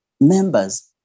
members